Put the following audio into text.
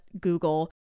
Google